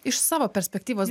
iš savo perspektyvos